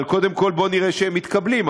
אבל קודם כול נראה שהם מתקבלים.